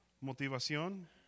Motivación